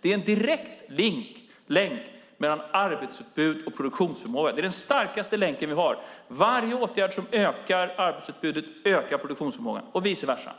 Det finns en direkt länk mellan arbetsutbud och produktionsförmåga. Det är den starkaste länken vi har. Varje åtgärd som ökar arbetsutbudet ökar produktionsförmågan och vice versa.